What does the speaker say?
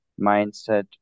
mindset